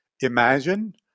imagine